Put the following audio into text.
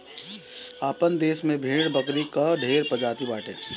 आपन देस में भेड़ बकरी कअ ढेर प्रजाति बाटे